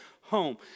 home